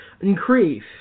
increase